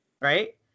right